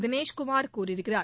தினேஷ் குமார் கூறியிருக்கிறார்